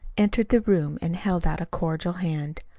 entered the room and held out a cordial hand.